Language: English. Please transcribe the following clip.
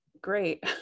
great